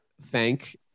thank